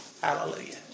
Hallelujah